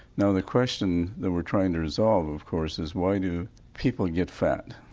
now the question that we're trying to resolve of course is why do people get fat?